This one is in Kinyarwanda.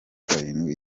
arindwi